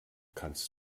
kannst